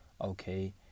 Okay